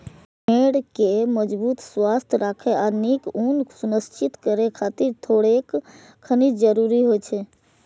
भेड़ कें मजबूत, स्वस्थ राखै आ नीक ऊन सुनिश्चित करै खातिर थोड़ेक खनिज जरूरी होइ छै